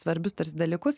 svarbius dalykus